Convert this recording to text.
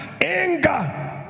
anger